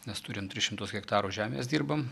nes turim tris šimtus hektarų žemės dirbam